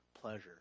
pleasure